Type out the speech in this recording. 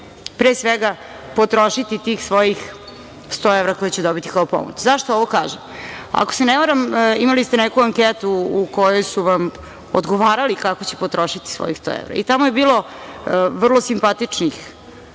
pre svega, potrošiti tih svojih 100 evra koje će dobiti kao pomoć.Zašto ovo kažem? Ako se ne varam, imali ste neku anketu u kojoj su vam odgovarali kako će potrošiti svojih 100 evra. Tamo je bilo vrlo simpatičnih